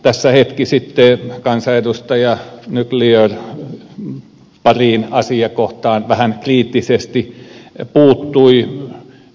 tässä hetki sitten kansanedustaja naucler pariin asiakohtaan vähän kriittisesti puuttui